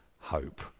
hope